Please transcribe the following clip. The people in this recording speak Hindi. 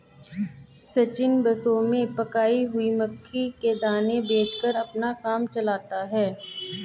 सचिन बसों में पकाई हुई मक्की के दाने बेचकर अपना काम चलाता है